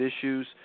issues